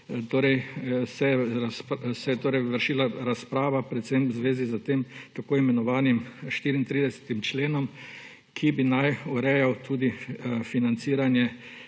začetku leta, vršila razprava predvsem v zvezi s tem tako imenovanim 34. členom, ki naj bi urejal tudi financiranje